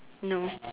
no